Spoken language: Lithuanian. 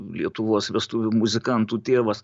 lietuvos vestuvių muzikantų tėvas